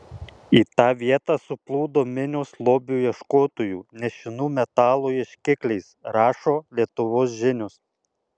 į tą vietą suplūdo minios lobių ieškotojų nešinų metalo ieškikliais rašo lietuvos žinios